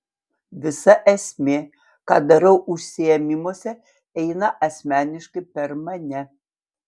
visa esmė ką darau užsiėmimuose eina asmeniškai per mane